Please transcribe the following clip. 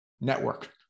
network